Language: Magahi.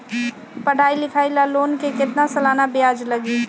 पढाई लिखाई ला लोन के कितना सालाना ब्याज लगी?